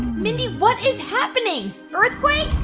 mindy, what is happening? earthquake?